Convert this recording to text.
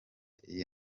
iyi